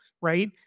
right